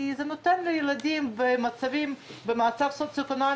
כי זה מאפשר לילדים במצב סוציו-אקונומי